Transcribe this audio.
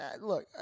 look